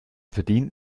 verdient